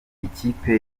ikipe